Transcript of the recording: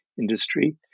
industry